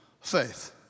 faith